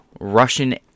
Russian